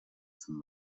zum